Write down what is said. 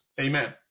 Amen